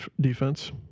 defense